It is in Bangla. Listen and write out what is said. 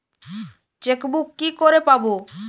চেকবুক কি করে পাবো?